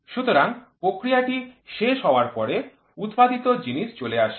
সুতরাং প্রক্রিয়াটি শেষ হওয়ার পরে উৎপাদিত জিনিস চলে আসে